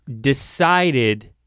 decided